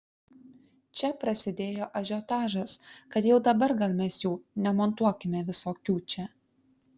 čia prasidėjo ažiotažas kad jau dabar gal mes jų nemontuokime visokių čia